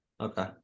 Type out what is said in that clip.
okay